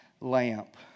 lamp